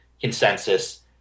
consensus